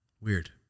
Weird